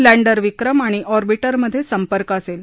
lander Vikram आणि orbiter मध्ये संपर्क असेल